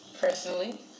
personally